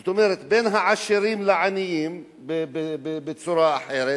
זאת אומרת בין העשירים לעניים, בצורה אחרת,